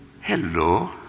Hello